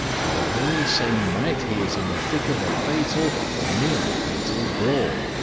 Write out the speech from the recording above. and the very same night he is in the thick of a fatal, or nearly fatal, brawl,